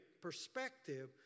Perspective